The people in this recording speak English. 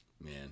Man